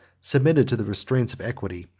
submitted to the restraints of equity,